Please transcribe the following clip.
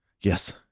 Yes